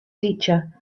teacher